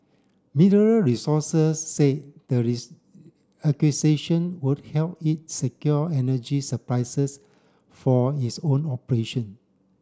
Mineral Resources say their acquisition would help it secure energy for its own operation